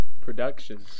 Productions